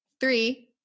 Three